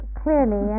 clearly